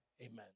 Amen